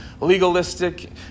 legalistic